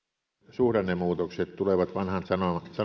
suhdannemuutokset tulevat vanhan sanonnan